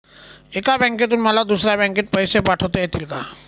एका बँकेतून मला दुसऱ्या बँकेत पैसे पाठवता येतील का?